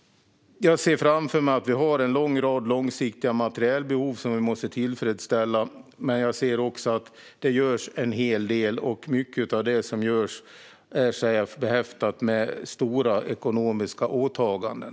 Jag ser framför mig att vi har en lång rad långsiktiga materielbehov som vi måste tillfredsställa. Men jag ser också att det görs en hel del, och mycket av det som görs är behäftat med stora ekonomiska åtaganden.